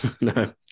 No